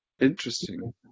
interesting